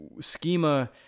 schema